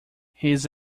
his